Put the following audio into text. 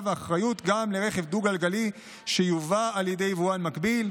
ואחריות גם לרכב דו-גלגלי שיובא על ידי יבואן מקביל,